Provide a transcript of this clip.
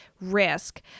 risk